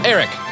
Eric